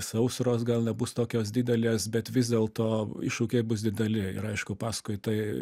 sausros gal nebus tokios didelės bet vis dėlto iššūkiai bus dideli ir aišku paskui tai